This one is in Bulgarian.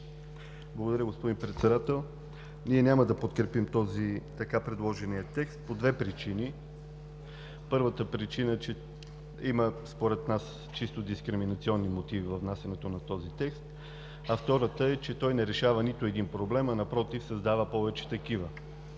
Благодаря, господин Председател. Ние няма да подкрепим така предложения текст по две причини. Първата причина е, че има според нас чисто дискриминационни мотиви във внасянето на този текст, а втората е, че не решава нито един проблем, а напротив – създава повече такива.